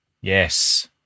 Yes